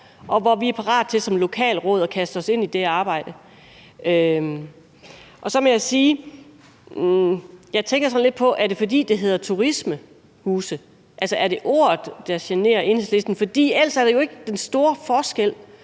og vi er som lokalråd parat at kaste os ind i det arbejde. Så må jeg sige, at jeg sådan lidt tænker på, om det er, fordi det hedder turismehuse. Altså, er det ordet, der generer Enhedslisten? For ellers er der jo ikke den store forskel